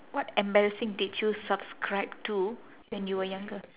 what embarrassing did you subscribe to when you were younger